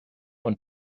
und